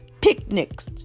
picnics